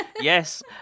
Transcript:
yes